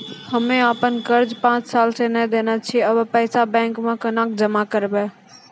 हम्मे आपन कर्जा पांच साल से न देने छी अब पैसा बैंक मे कोना के जमा करबै?